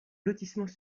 lotissements